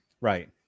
right